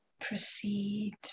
proceed